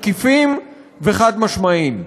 תקיפים וחד-משמעיים.